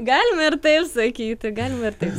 galima ir taip sakyti galima ir taip